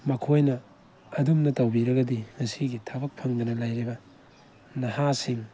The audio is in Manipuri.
ꯃꯈꯣꯏꯅ ꯑꯗꯨꯝꯅ ꯇꯧꯕꯤꯔꯒꯗꯤ ꯉꯁꯤꯒꯤ ꯊꯕꯛ ꯐꯪꯗꯅ ꯂꯩꯔꯤꯕ ꯅꯍꯥꯁꯤꯡ